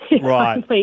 right